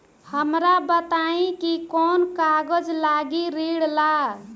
हमरा बताई कि कौन कागज लागी ऋण ला?